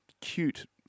cute